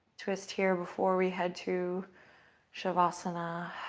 twist here before we head to shavasana.